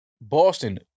Boston